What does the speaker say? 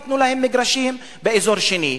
ייתנו להם מגרשים באזור שני.